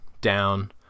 down